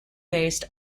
based